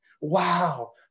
Wow